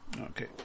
Okay